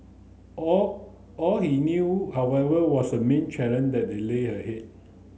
all all he knew however was the main challenge that the lay ahead